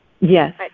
Yes